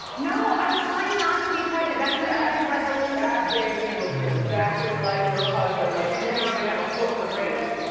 no i'm trying not to be pregnant. that's my new ah years resolution. that baby looks exactly like your husband. like you didn't even have a foot in the race. listen,